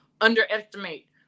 underestimate